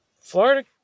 florida